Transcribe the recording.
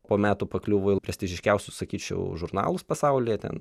po metų pakliuvo į prestižiškiausius sakyčiau žurnalus pasaulyje ten